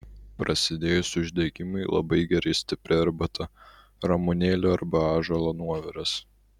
prasidėjus uždegimui labai gerai stipri arbata ramunėlių arba ąžuolo nuoviras